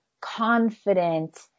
confident